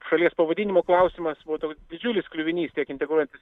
šalies pavadinimo klausimas buvo toks didžiulis kliuvinys tiek integruotis